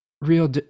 real